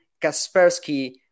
Kaspersky